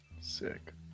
Sick